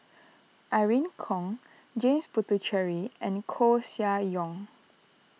Irene Khong James Puthucheary and Koeh Sia Yong